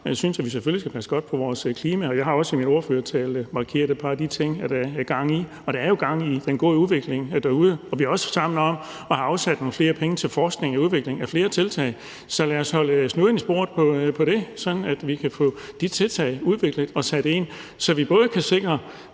synes, at vi selvfølgelig skal passe godt på vores klima, og jeg har også i min ordførertale markeret et par af de ting, der er gang i. Og der er jo gang i den gode udvikling derude. Vi er også sammen om at have afsat nogle flere penge til forskning i udvikling af flere tiltag. Så lad os holde snuden i sporet på det, sådan at vi kan få de tiltag udviklet og sat ind, så vi kan sikre